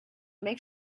make